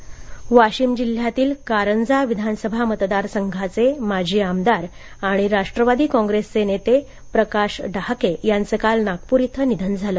निधन वाशीम जिल्ह्यातील कारंजा विधानसभा मतदार संघाचे माजी आमदार आणि राष्ट्रवादी काँग्रेसचे नेते प्रकाश डहाके यांचं काल नागप्र इथं निधन झालं